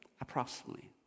Approximately